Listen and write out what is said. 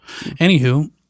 Anywho